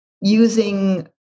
using